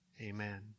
Amen